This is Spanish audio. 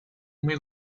muy